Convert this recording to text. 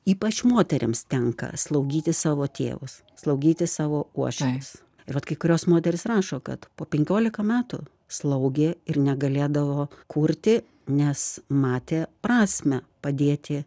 ypač moterims tenka slaugyti savo tėvus slaugyti savo uošvius ir vat kai kurios moterys rašo kad po penkiolika metų slaugė ir negalėdavo kurti nes matė prasmę padėti